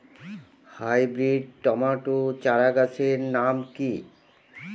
Hybrid tomato চারাগাছের নাম কি?